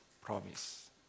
promise